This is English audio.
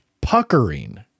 puckering